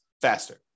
faster